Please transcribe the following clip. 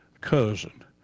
cousin